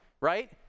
right